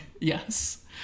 Yes